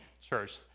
church